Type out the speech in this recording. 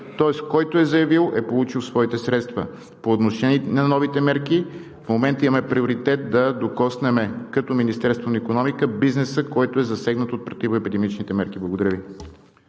Тоест, който е заявил, е получил своите средства. По отношение на новите мерки, в момента имаме приоритет да докоснем като Министерство на икономиката бизнеса, който е засегнат от противоепидемичните мерки. Благодаря Ви.